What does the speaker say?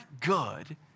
good